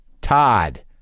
Todd